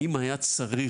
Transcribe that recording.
האם זה היה מספיק?